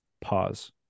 Pause